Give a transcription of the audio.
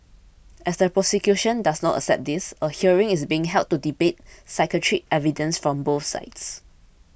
as the prosecution does not accept this a hearing is being held to debate psychiatric evidence from both sides